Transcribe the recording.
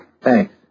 Thanks